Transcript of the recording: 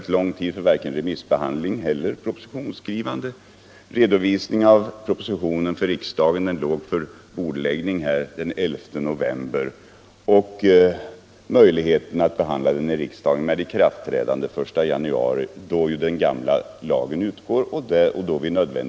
Tiden för både remissbehandling och propositionsskrivande har inte varit särskilt lång. november med möjlighet att behandla den i riksdagen så att lagen kan träda i kraft den 1 januari 1976 då den gamla lagen utgår.